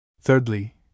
Thirdly